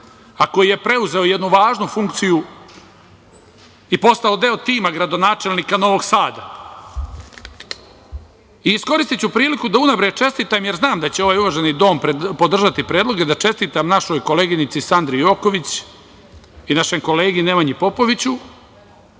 a koji je preuzeo jednu važnu funkciju i postao deo tima gradonačelnika Novog Sada. Iskoristiću priliku da unapred čestitam, jer znam da će ovaj uvaženi dom podržati predlog i da čestitam našoj koleginici Sandri Joković i našem kolegi Nemanji Popoviću